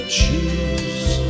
choose